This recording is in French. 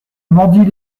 mordit